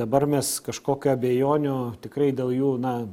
dabar mes kažkokių abejonių tikrai dėl jų na